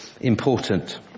important